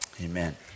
Amen